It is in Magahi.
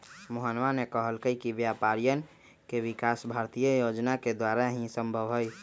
मोहनवा ने कहल कई कि व्यापारियन के विकास भारतीय योजना के द्वारा ही संभव हई